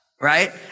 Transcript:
right